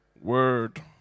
Word